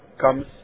comes